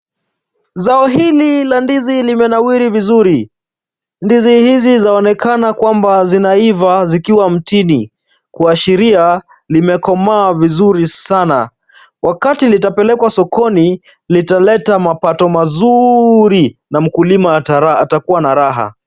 Zao hili la ndizi limenawiri vizuri, ndizi hizi zaonekana kwamba zinaiva zikiwa mtini, kuashiria limekomaa vizuri sana. Wakati litapelekwa sokoni, litaleta mapato mazuri na mkulima atakuwa na raha.